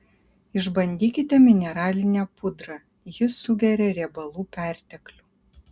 išbandykite mineralinę pudrą ji sugeria riebalų perteklių